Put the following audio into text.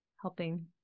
helping